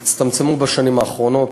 הצטמצמו בשנים האחרונות,